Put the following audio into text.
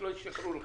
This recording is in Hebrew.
שלא ישקרו לך.